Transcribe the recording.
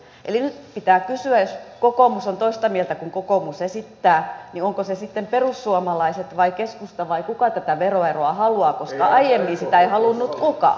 eli nyt pitää kysyä että jos kokoomus on toista mieltä kuin mitä kokoomus esittää niin onko se sitten perussuomalaiset vai keskusta vai kuka tätä veroeroa haluaa koska aiemmin sitä ei halunnut kukaan